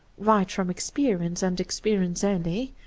write from experience, and experience only,